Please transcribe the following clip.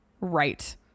Right